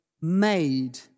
made